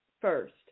first